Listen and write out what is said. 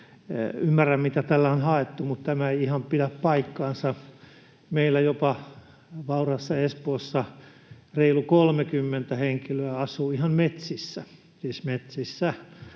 Ymmärrän, mitä tällä on haettu, mutta tämä ei ihan pidä paikkaansa. Meillä jopa vauraassa Espoossa reilu 30 henkilöä asuu ihan metsissä